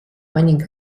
winning